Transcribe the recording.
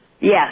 yes